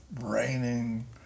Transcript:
raining